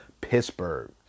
Pittsburgh